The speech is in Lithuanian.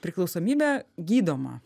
priklausomybė gydoma